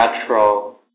natural